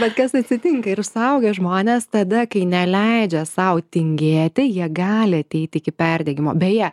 bet kas atsitinka ir suaugę žmonės tada kai neleidžia sau tingėti jie gali ateit iki perdegimo beje